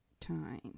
time